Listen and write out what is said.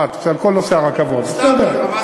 אז כל נושא הרכבות, בסדר.